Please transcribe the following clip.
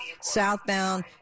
southbound